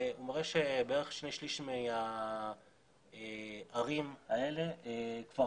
והוא מראה שבערך שני שליש מהערים האלה כבר